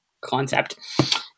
concept